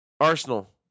Arsenal